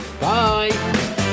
Bye